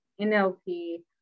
NLP